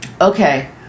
okay